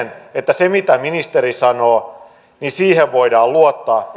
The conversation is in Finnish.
että siihen mitä ministeri sanoo voidaan luottaa